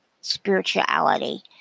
spirituality